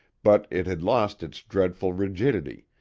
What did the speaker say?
but it had lost its dreadful rigidity,